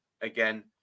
again